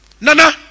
Nana